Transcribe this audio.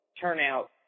turnout